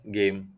game